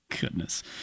Goodness